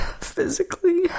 physically